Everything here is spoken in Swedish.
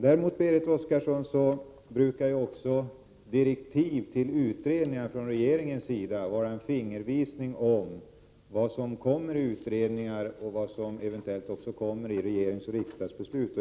Tillsättandet av utredningar och regeringens direktiv till dessa brukar emellertid vara en fingervisning om vad som kan komma i form av riksdagsoch regeringsbeslut, Berit Oscarsson.